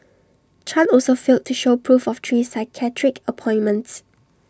chan also failed to show proof of three psychiatric appointments